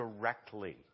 directly